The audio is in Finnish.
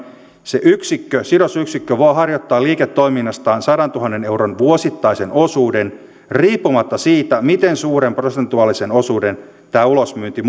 se sidosyksikkö sidosyksikkö voi ulosmyydä liiketoiminnastaan sadantuhannen euron vuosittaisen osuuden riippumatta siitä miten suuren prosentuaalisen osuuden tämä ulosmyynti